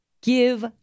Give